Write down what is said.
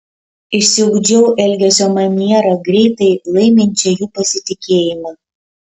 išsiugdžiau elgesio manierą greitai laiminčią jų pasitikėjimą